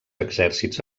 exèrcits